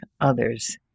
others